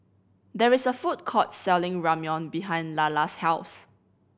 there is a food court selling Ramyeon behind Lalla's house